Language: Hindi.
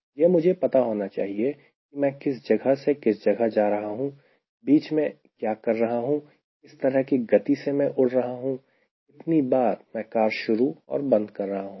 यह मुझे पता होना चाहिए कि मैं किस जगह से किस जगह जा रहा हूं बीच में मैं क्या कर रहा हूं किस तरह की गति से मैं उड़ रहा हूं कितनी बार मैं कार शुरू और बंद कर रहा हूं